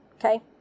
okay